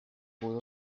pudo